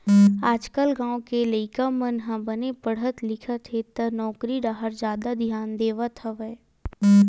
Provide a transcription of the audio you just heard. आजकाल गाँव के लइका मन ह बने पड़हत लिखत हे त नउकरी डाहर जादा धियान देवत हवय